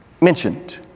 mentioned